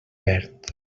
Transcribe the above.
perd